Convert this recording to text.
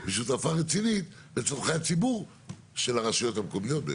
היא שותפה רצינית לצרכי הציבור של הרשויות המקומיות.